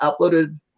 uploaded